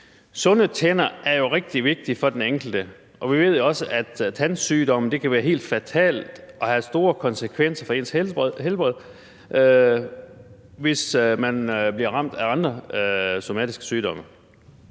Sunde tænder er jo rigtig vigtigt for den enkelte, og vi ved også, at tandsygdomme kan være helt fatale og have store konsekvenser for ens helbred, hvis man bliver ramt af andre somatiske sygdomme.